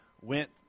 went